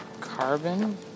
carbon